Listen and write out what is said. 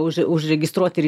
už užregistruot ir